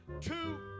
two